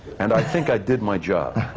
and i think i did my job.